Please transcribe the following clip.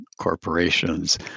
corporations